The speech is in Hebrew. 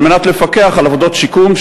על מנת לפקח על עבודות שיקום,